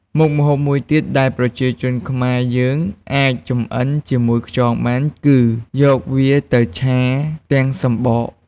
មុខម្ហូបមួយទៀតដែលប្រជាជនខ្មែរយើងអាចចម្អិនជាមួយខ្យងបាន គឺយកវាទៅឆាទាំងសំបក។